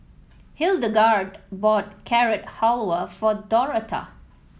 Hildegarde bought Carrot Halwa for Dorotha